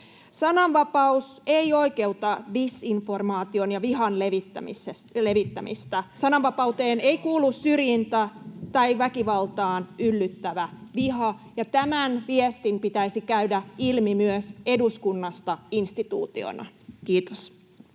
Sananvapaus ei oikeuta disinformaation ja vihan levittämistä. [Sebastian Tynkkysen välihuuto] Sananvapauteen ei kuulu syrjintä tai väkivaltaan yllyttävä viha, ja tämän viestin pitäisi käydä ilmi myös eduskunnasta instituutiona. — Kiitos.